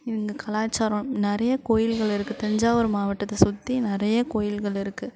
இந்த கலாச்சாரம் நிறைய கோயில்கள் இருக்குது தஞ்சாவூர் மாவட்டத்தை சுற்றி நிறைய கோயில்கள் இருக்குது